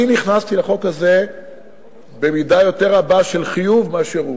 אני נכנסתי לחוק הזה במידה יותר רבה של חיוב ממנו,